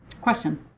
Question